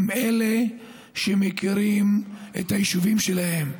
הם אלה שמכירים את היישובים שלהם,